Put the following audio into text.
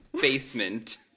basement